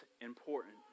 important